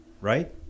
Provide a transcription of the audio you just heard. right